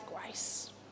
grace